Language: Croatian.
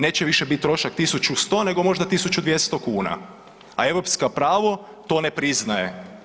Neće više biti trošak 1.100 nego možda 1.200 kuna, a europsko pravo to ne priznaje.